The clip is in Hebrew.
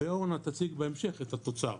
ואורנה תציג בהמשך את התוצר.